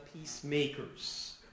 peacemakers